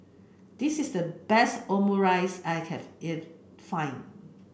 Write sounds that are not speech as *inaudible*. this is the best Omurice I *unintelligible* if find